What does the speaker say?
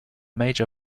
major